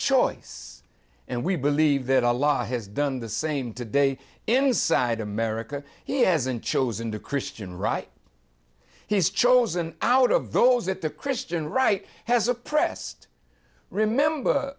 choice and we believe that a lot has done the same today inside america he hasn't chosen the christian right he's chosen out of those that the christian right has oppressed remember